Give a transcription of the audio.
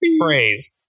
phrase